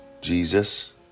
Jesus